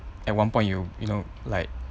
at one point you you know like